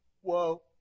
Whoa